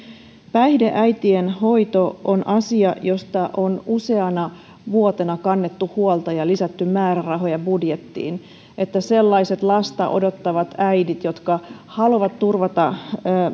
päihdeäitien hoito on asia josta on useana vuotena kannettu huolta ja lisätty määrärahoja budjettiin niin että sellaisille lasta odottaville äideille jotka haluavat turvata